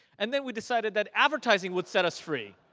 and then we decided that advertising would set us free.